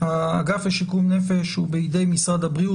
האגף לשיקום נפש הוא בידי משרד הבריאות.